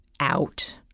out